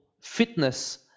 fitness